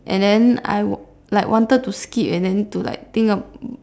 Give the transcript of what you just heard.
and then I like wanted to skip and then to like think of